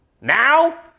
now